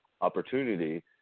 opportunity